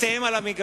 אבל אתם על המגרש,